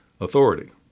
authority